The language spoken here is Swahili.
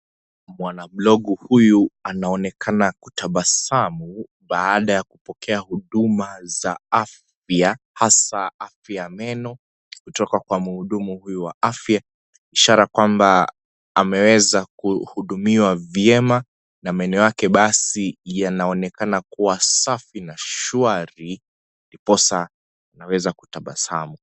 Mwanamlogu huyu anaonekana kutabasamu baada ya kupokea huduma za afya hasa ya meno kutoka kwa mhudumu huyu wa afya Ishara ya kwamba ameweza kuhudumiwa vyema na meno yake basi yanaonekana kuwa safi na shwari ndiposa akaweza kutabasamu.